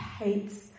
hates